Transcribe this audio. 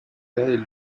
yaël